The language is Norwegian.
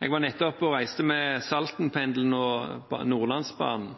Jeg reiste nettopp med Saltenpendelen og Nordlandsbanen.